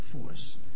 force